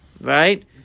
Right